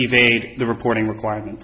evade the reporting requirement